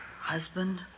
Husband